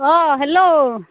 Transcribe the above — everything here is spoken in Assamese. অঁ হেল্ল'